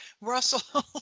Russell